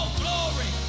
glory